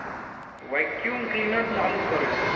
vacuum cleaner चालू करू